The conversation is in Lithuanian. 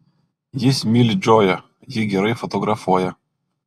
jis myli džoją ji gerai fotografuoja